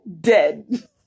Dead